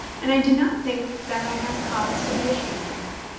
and i do not think that i have cause to be ashamed of him.